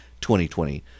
2020